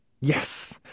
Yes